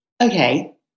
okay